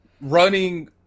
running